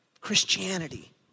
Christianity